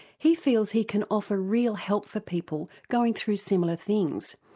he feels he can offer real help for people going through similar things.